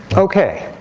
ok,